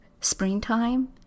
Springtime